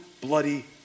bloody